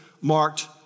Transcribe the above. marked